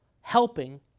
helping